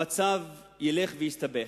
המצב ילך ויסתבך.